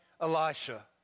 Elisha